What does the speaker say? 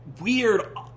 weird